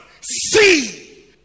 see